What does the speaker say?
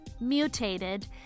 mutated